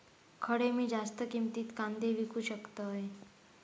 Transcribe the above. खडे मी जास्त किमतीत कांदे विकू शकतय?